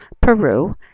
Peru